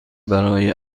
برای